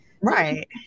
Right